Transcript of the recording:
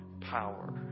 power